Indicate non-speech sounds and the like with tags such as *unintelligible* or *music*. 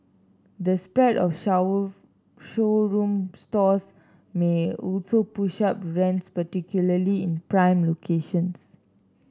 the spread of *unintelligible* showroom stores may also push up rents particularly in prime locations